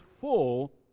full